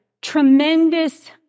tremendous